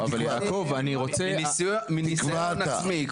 מניסיון עצמי.